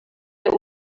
der